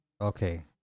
Okay